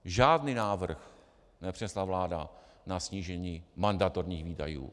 Žádný návrh nepřinesla vláda na snížení mandatorních výdajů.